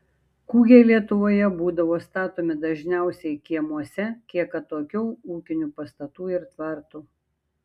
kūgiai lietuvoje būdavo statomi dažniausiai kiemuose kiek atokiau ūkinių pastatų ir tvartų